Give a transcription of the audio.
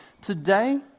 Today